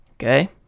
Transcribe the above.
okay